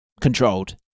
controlled